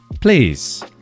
please